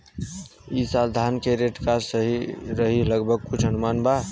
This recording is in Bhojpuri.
ई साल धान के रेट का रही लगभग कुछ अनुमान बा?